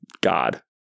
God